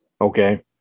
okay